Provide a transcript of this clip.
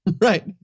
Right